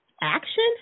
Action